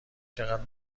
چقدر